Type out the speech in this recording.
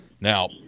Now